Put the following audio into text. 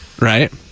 Right